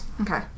Okay